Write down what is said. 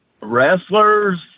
Wrestlers